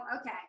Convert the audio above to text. okay